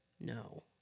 No